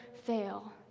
fail